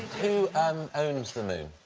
who owns the moon?